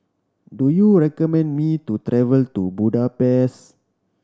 do you recommend me to travel to Budapest